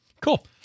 Cool